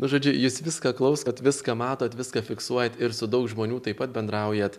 žodžiu jūs viską klausot viską matot viską fiksuojat ir su daug žmonių taip pat bendraujat